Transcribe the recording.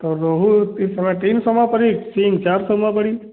तो रोहू इस समय तीन सौ मा पड़ी सींग चार सौ मा पड़ी